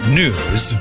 news